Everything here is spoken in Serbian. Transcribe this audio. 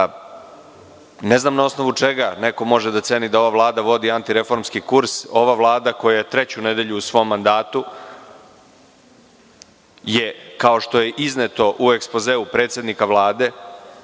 Ne znam na osnovu čega neko može da ceni da ova Vlada vodi antireformski kurs? Ova Vlada koja je treću nedelju u svom mandatu je, kao što je izneto u ekspozeu predsednika Vlade,